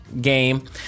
game